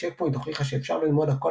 "צ'ק פוינט הוכיחה שאפשר ללמוד הכל